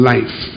Life